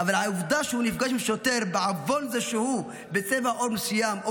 אבל העובדה שהוא נפגש עם שוטר בעוון זה שהוא בצבע עור מסוים או